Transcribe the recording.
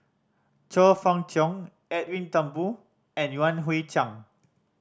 Chong Fah Cheong Edwin Thumboo and Yan Hui Chang